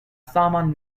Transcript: saman